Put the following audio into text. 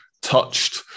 touched